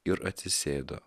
ir atsisėdo